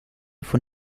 von